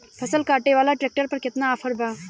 फसल काटे वाला ट्रैक्टर पर केतना ऑफर बा?